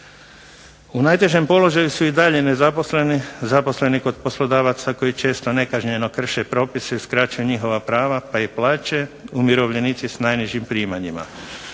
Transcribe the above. U najtežem položaju su i dalje nezaposleni, zaposleni kod poslodavaca koji često nekažnjeno krše propise i uskraćuju njihova prava pa i plaće, umirovljenici s najnižim primanjima,